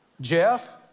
Jeff